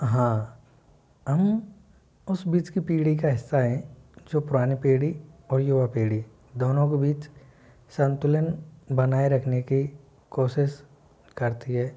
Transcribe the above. हाँ हम उस बीच की पीढ़ी का हिस्सा हैं जो पुराने पीढ़ी और युवा पीढ़ी दोनों को बीच संतुलन बनाए रखने की कोशिश करती है